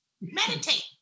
Meditate